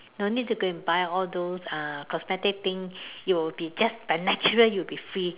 no need to go and buy all those uh cosmetic thing you will be just by natural you will be free